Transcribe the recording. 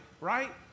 right